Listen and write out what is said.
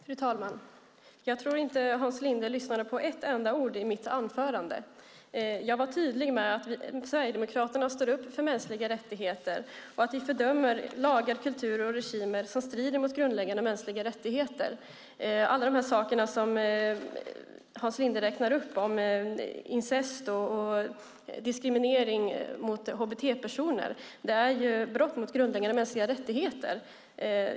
Fru talman! Jag tror inte att Hans Linde lyssnade på ett enda ord i mitt anförande. Jag var tydlig med att Sverigedemokraterna står upp för mänskliga rättigheter och att vi fördömer lagar, kulturer och regimer som strider mot grundläggande mänskliga rättigheter. Alla de saker som Hans Linde räknar upp, såsom incest och diskriminering av hbt-personer, innebär brott mot grundläggande mänskliga rättigheter.